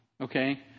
Okay